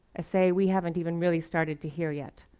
a say we haven't even really started to hear yet